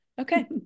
Okay